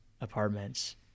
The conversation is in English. apartments